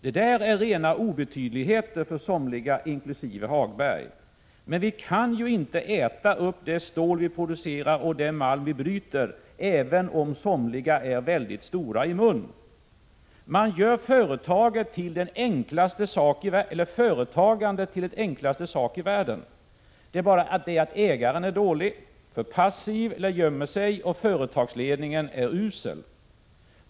Detta är rena obetydligheter för somliga inkl. Lars-Ove Hagberg. Men vi kan ju inte äta upp det stål vi producerar och den malm vi bryter, även om somliga är mycket stora i mun. Dessa människor gör företagandet till den enklaste sak i världen. De anser bara att ägaren är dålig, för passiv eller gömmer sig och att företagsledningen är usel.